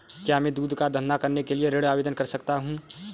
क्या मैं दूध का धंधा करने के लिए ऋण आवेदन कर सकता हूँ?